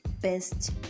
Best